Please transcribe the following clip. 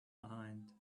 behind